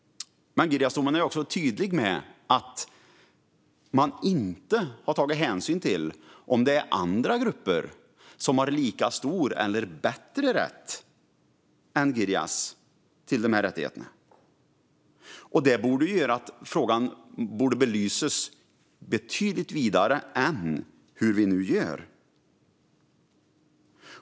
Men i Girjasdomen är man också tydlig med att man inte har tagit hänsyn till om det är andra grupper som har lika stor eller bättre rätt än Girjas till rättigheterna. Det borde innebära att frågan bör belysas på ett betydligt vidare sätt än vad vi nu gör.